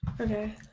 Okay